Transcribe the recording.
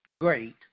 great